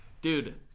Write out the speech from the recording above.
Dude